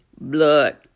blood